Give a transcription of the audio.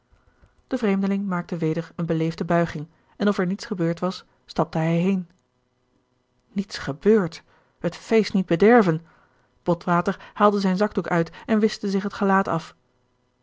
de vreemdeling maakte weder eene beleefde buiging en of er niets gebeurd was stapte hij heen niets gebeurd het feest niet bederven botwater haalde zijn zakdoek uit en wischte zich het gelaat af